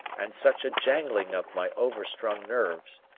and such a jangling of my overstrung nerves,